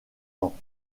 temps